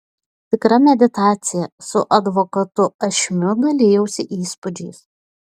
tikra meditacija su advokatu ašmiu dalijausi įspūdžiais